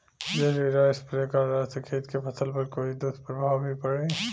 जहरीला स्प्रे करला से खेत के फसल पर कोई दुष्प्रभाव भी पड़ी?